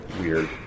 weird